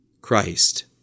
Christ